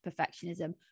perfectionism